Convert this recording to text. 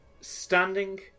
Standing